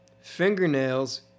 Fingernails